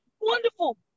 wonderful